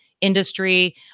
industry